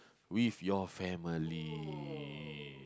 with your family